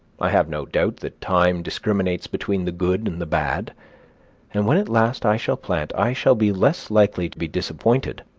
i have no doubt that time discriminates between the good and the bad and when at last i shall plant, i shall be less likely to be disappointed.